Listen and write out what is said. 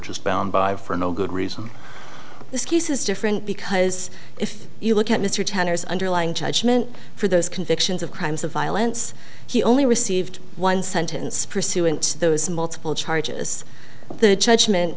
just bound by for no good reason this case is different because if you look at mr tanner's underlying judgment for those convictions of crimes of violence he only received one sentence pursuant those multiple charges the judgment